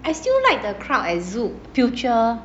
I still like the crowd at zouk future